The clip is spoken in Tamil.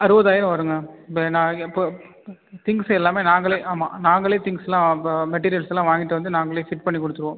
அறுபதாயிரம் வருங்க இப்போ நான் இப்போ திங்க்ஸ் எல்லாமே நாங்களே ஆமாம் நாங்களே திங்க்ஸ்லாம் மெட்டீரியல்ஸ்லாம் வாங்கிட்டு வந்து நாங்களே ஃபிட் பண்ணி கொடுத்துருவோம்